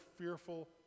fearful